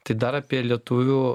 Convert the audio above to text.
tai dar apie lietuvių